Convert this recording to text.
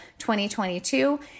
2022